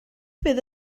fydd